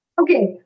Okay